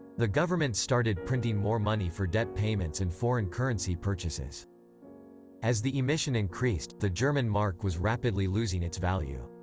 the government started printing more money for debt payments and foreign currency purchases as the emission increased, the german mark was rapidly losing its value.